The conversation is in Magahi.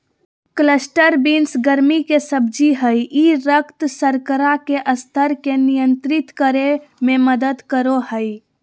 क्लस्टर बीन्स गर्मि के सब्जी हइ ई रक्त शर्करा के स्तर के नियंत्रित करे में मदद करो हइ